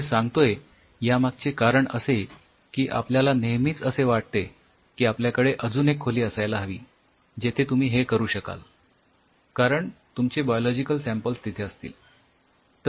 मी हे सांगतोय यामागचे कारण असे की आपल्याला नेहमीच असे वाटते की आपल्याकडे अजून एक खोली असायला हवी जेथे तुम्ही हे करू शकाल कारण तुमचे बायोलॉजिकल सॅम्पल्स तिथे असतील